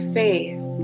faith